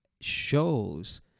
shows